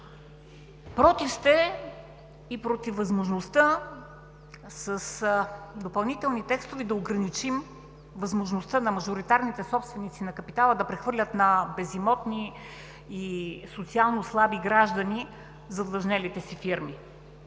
гласувате. Против сте с допълнителни текстове да ограничим възможността на мажоритарните собственици на капитала да прехвърлят на безимотни и социално слаби граждани задлъжнелите си фирми.